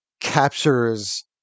captures